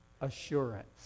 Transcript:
assurance